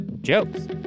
jokes